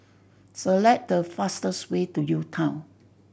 select the fastest way to UTown